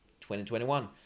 2021